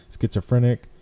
schizophrenic